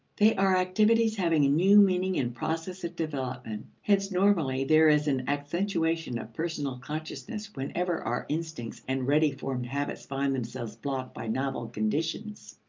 they are activities having a new meaning in process of development. hence, normally, there is an accentuation of personal consciousness whenever our instincts and ready formed habits find themselves blocked by novel conditions.